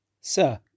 Sir